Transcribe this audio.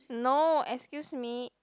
no excuse me